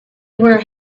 were